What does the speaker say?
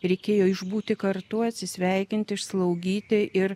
reikėjo išbūti kartu atsisveikinti išslaugyti ir